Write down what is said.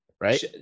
right